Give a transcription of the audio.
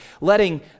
letting